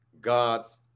God's